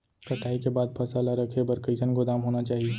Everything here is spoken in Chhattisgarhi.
कटाई के बाद फसल ला रखे बर कईसन गोदाम होना चाही?